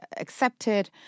accepted